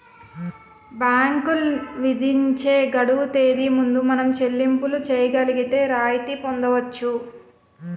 బ్యాంకులు విధించే గడువు తేదీ ముందు మనం చెల్లింపులు చేయగలిగితే రాయితీ పొందవచ్చు